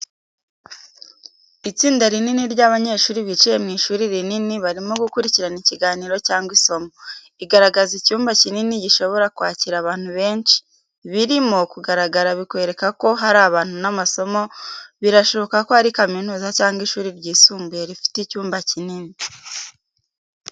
Itsinda rinini ry'abanyeshuri bicaye mu ishuri rinini barimo gukurikira ikiganiro cyangwa isomo. Igaragaza icyumba kinini gishobora kwakira abantu benshi. Ibirimo kugaragara bikwereka ko ari ahantu h’amasomo birashoboka ko ari kaminuza cyangwa ishuri ryisumbuye rifite icyumba kinini.